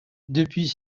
depuis